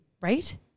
right